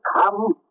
come